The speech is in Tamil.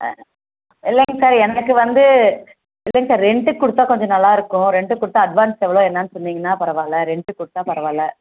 ஆ இல்லைங்க சார் எனக்கு வந்து இல்லைங்க சார் ரென்ட்டுக்கு கொடுத்தா கொஞ்சம் நல்லாயிருக்கும் ரென்ட்டுக்கு கொடுத்தா அட்வான்ஸ் எவ்வளோ என்னென்னு சொன்னீங்கன்னா பரவாயில்ல ரென்ட்டுக்கு கொடுத்தா பரவாயில்ல